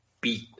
beat